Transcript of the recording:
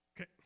Okay